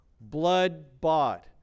blood-bought